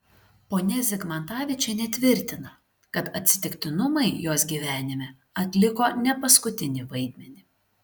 ponia zigmantavičienė tvirtina kad atsitiktinumai jos gyvenime atliko ne paskutinį vaidmenį